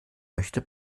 möchte